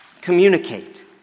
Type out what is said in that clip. communicate